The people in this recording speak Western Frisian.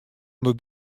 ûnder